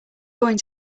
going